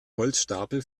holzstapel